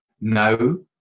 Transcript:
no